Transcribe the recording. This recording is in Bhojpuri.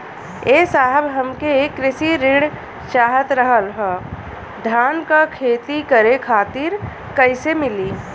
ए साहब हमके कृषि ऋण चाहत रहल ह धान क खेती करे खातिर कईसे मीली?